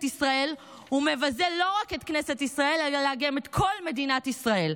ישראל ומבזה לא רק את כנסת ישראל אלא גם את כל מדינת ישראל.